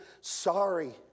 sorry